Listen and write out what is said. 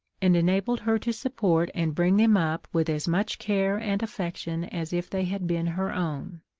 and enabled her to support and bring them up with as much care and affection as if they had been her own.